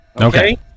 Okay